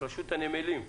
לרשות הנמלים,